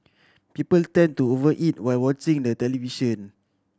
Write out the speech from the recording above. people tend to over eat while watching the television